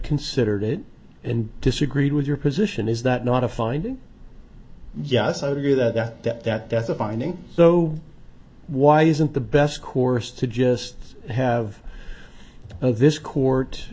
considered it and disagreed with your position is that not a find yes i would agree that that that that's a finding so why isn't the best course to just have this court